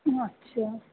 उ अछा